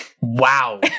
Wow